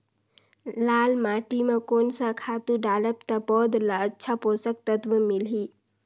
लाल माटी मां कोन सा खातु डालब ता पौध ला अच्छा पोषक तत्व मिलही?